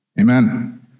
Amen